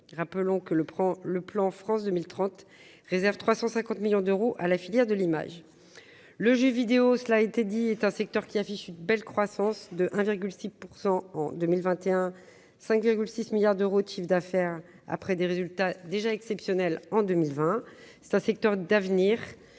prends le plan France 2030 réservent 350 millions d'euros à la filière de l'image, le jeu vidéo, cela a été dit est un secteur qui affiche une belle croissance de 1,6 % en 2021, 5,6 milliards d'euros de chiffre d'affaires, après des résultats déjà exceptionnel en 2020, c'est un secteur d'avenir